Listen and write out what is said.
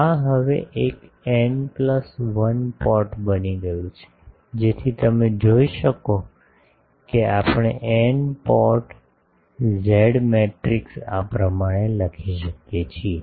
આ હવે એક એન પ્લસ 1 પોર્ટ બની ગયું છે જેથી તમે જોઈ શકો કે આપણે N પોર્ટ ઝેડ મેટ્રિક્સ આ પ્રમાણે લખી શકીએ છીએ